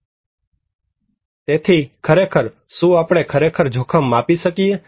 તેથી ખરેખર શું આપણે ખરેખર જોખમ માપી શકીએ